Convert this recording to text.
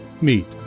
meet